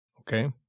Okay